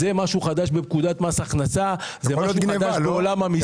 זה משהו חדש בפקודת מס הכנסה ובעולם המיסוי.